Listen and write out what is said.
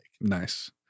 Nice